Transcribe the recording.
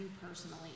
personally